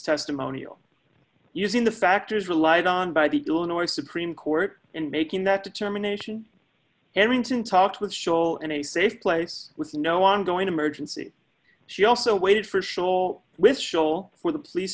testimonial using the factors relied on by the illinois supreme court in making that determination hemington talked with show in a safe place with no ongoing emergency she also waited for szell with schol for the police